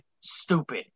stupid